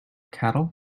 cattle